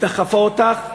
דחפה אותך,